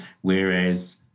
whereas